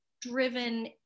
driven